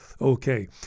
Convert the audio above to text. Okay